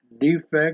defect